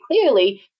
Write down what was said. clearly